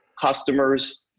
customers